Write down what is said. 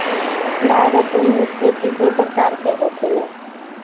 भारत में मिट्टी कितने प्रकार का होखे ला?